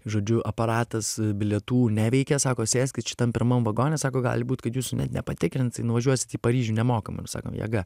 žodžiu aparatas bilietų neveikia sako sėskit šitam pirmam vagone sako gali būt kad jūsų nepatikrins tai nuvažiuosit į paryžių nemokamai sakom jėga